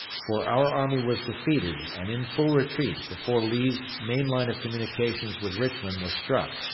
for our army was defeated and in full retreat before lee's main line of communication with richmond was struck,